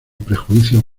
prejuicios